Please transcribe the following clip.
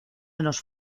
menos